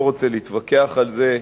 אני לא רוצה להתווכח על זה.